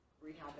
rehab